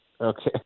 Okay